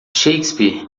shakespeare